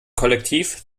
kollektiv